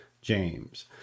james